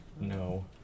no